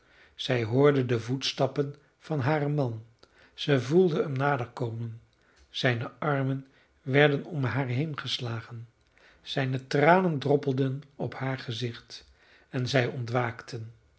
zij hoorde de voetstappen van haren man zij voelde hem nader komen zijne armen werden om haar heengeslagen zijne tranen droppelden op haar gezicht en zij ontwaakte